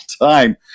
time